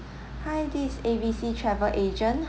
hi this A_B_C travel agent